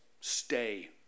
stay